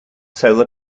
solar